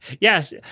Yes